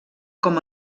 com